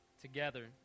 together